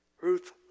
Ruth